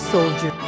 Soldier